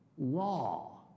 law